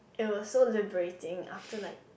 it was so liberating after like